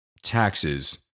taxes